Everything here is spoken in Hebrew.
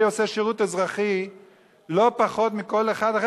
עושה שירות אזרחי לא פחות מכל אחד אחר,